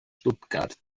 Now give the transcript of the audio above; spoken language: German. stuttgart